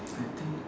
I think